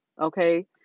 Okay